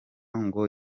ngo